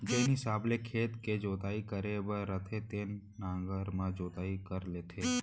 जेन हिसाब ले खेत के जोताई करे बर रथे तेन नांगर म जोताई कर लेथें